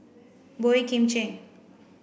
Boey Kim Cheng